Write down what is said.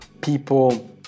people